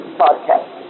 podcast